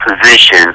position